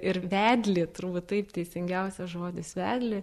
ir vedlį turbūt taip teisingiausia žodis vedlį